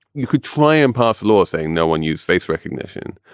you could try and pass law saying no one use face recognition,